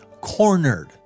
cornered